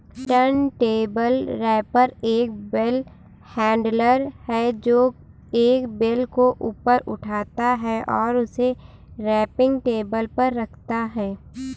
turntable wrapper एक bale handler है, जो एक बेल को ऊपर उठाता है और उसे रैपिंग टेबल पर रखता है